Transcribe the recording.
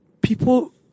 people